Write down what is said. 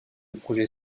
projet